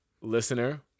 listener